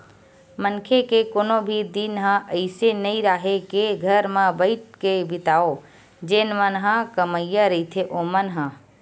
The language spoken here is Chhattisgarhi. मनखे के कोनो भी दिन ह अइसे नइ राहय के घर म बइठ के बितावय जेन मन ह कमइया रहिथे ओमन ह